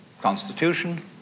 constitution